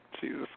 Jesus